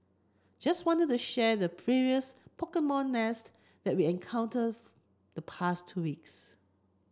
just wanna the share the previous Pokemon nest encountered the past two weeks